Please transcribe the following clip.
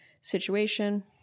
situation